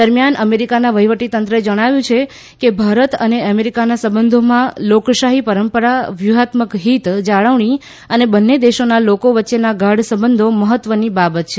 દરમિયાન અમેરીકાના વફીવટીતંત્રે જણાવ્યું છે કે ભારત અને અમેરીકાના સંબંધોમાં લોકશાહી પરંપરા વ્યુહાત્મક હીત જાળવણી અને બંને દેશોના લોકો વચ્ચેના ગાઢ સંબંધો મહત્વની બાબત છે